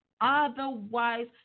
otherwise